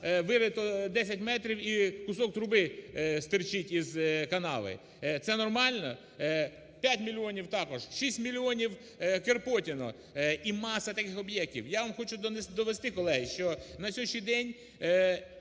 вирито 10 метрів і кусок труби стирчить із канави. Це нормально? П'ять мільйонів також. Шість мільйонів - Кирпотине і маса таких об'єктів. Я вам хочу довести, колеги, що на сьогоднішній день